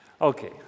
Okay